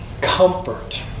comfort